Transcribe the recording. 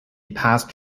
passed